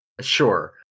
sure